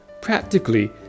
practically